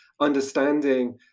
understanding